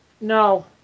No